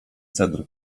cedr